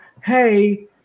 hey